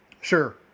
Sure